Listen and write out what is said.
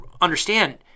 understand